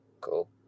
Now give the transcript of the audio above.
cool